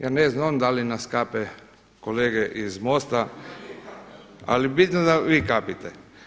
Jer ne zna on da li nas kape kolege iz MOST-a, ali bitno da vi kapite.